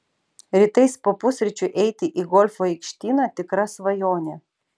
rytais po pusryčių eiti į golfo aikštyną tikra svajonė